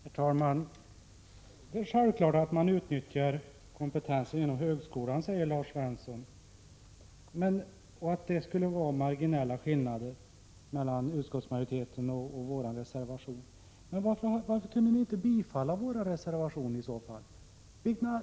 Herr talman! Det är självklart att man utnyttjar kompetensen inom högskolan, sade Lars Svensson. Vidare menade han att det skulle röra sig om marginella skillnader mellan utskottsmajoritetens uppfattning och våra reservationer. Men varför kunde inte utskottsmajoriteten i så fall bifalla reservationerna?